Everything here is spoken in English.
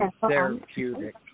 therapeutic